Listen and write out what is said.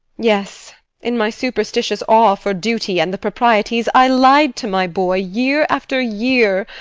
yes in my superstitious awe for duty and the proprieties, i lied to my boy, year after year.